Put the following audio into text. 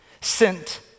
sent